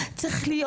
צריך להיות,